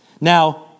Now